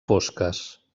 fosques